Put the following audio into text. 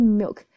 milk